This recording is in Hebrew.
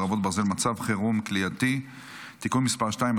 חרבות ברזל) (מצב חירום כליאתי) (תיקון מס' 2),